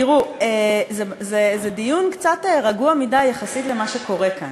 תראו, זה דיון קצת רגוע מדי יחסית למה שקורה כאן.